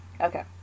okay